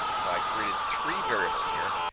so i created three variables here,